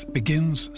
begins